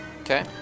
Okay